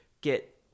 get